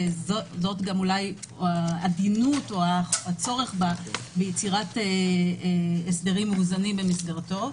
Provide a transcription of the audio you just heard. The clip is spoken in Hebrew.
וזאת גם אולי העדינות או הצורך ביצירת הסדרים מאוזנים במסגרתו.